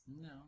No